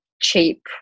cheap